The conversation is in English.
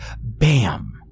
BAM